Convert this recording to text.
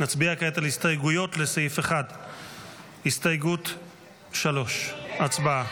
נצביע כעת על הסתייגות לסעיף 1. הסתייגות 3. הצבעה.